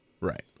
Right